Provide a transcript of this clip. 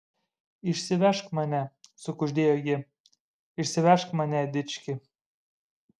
išsivežk mane sukuždėjo ji išsivežk mane dički